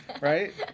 Right